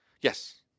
Yes